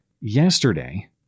yesterday